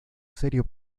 serio